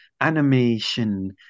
animation